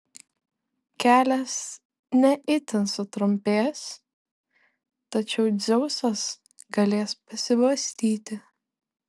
kelias ne itin sutrumpės tačiau dzeusas galės pasibastyti